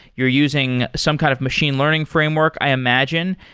you're using some kind of machine learning framework, i imagine,